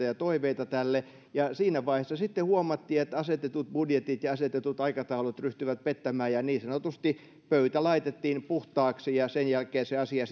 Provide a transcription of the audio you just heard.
ja toiveita tähän ja siinä vaiheessa sitten huomattiin että asetetut budjetit ja asetetut aikataulut ryhtyvät pettämään ja niin sanotusti pöytä laitettiin puhtaaksi sen jälkeen se asia